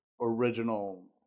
original